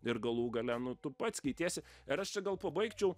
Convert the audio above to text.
ir galų gale nu tu pats keitiesi ir aš čia gal pabaigčiau